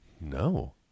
No